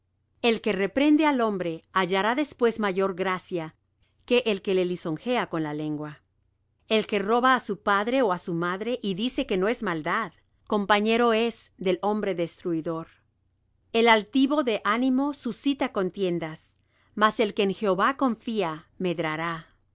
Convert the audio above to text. el que reprende al hombre hallará después mayor gracia que el que lisonjea con la lengua el que roba á su padre ó á su madre y dice que no es maldad compañero es del hombre destruidor el altivo de ánimo suscita contiendas mas el que en jehová confía medrará